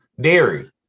Dairy